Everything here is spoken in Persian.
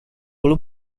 پلو